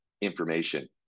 information